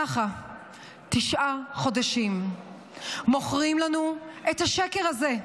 ככה תשעה חודשים מוכרים לנו את השקר הזה,